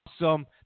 awesome